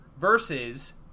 versus